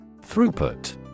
Throughput